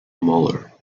mueller